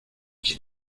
sin